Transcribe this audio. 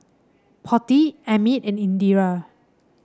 Potti Amit and Indira